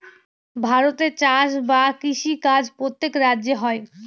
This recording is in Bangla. ভারতে চাষ বা কৃষি কাজ প্রত্যেক রাজ্যে হয়